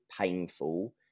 painful